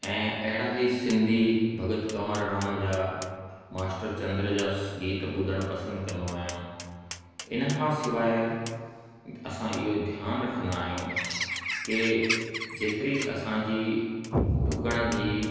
ऐं अहिड़ा ई सिंधी भॻत कंवर राम जा मास्टर चंदर जास गीत ॿुधणु पसंदि कंदो आहियां इन खां सवाइ असां इहो ध्यानु रखंदा आहियूं की जेतिरी असांजी डुकण जी